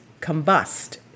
combust